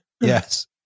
Yes